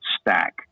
stack